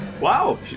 Wow